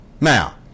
Now